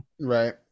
Right